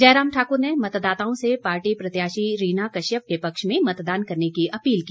जयराम ठाकुर ने मतदाताओं से पार्टी प्रत्याशी रीना कश्यप के पक्ष में मतदान करने की अपील की